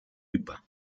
είπα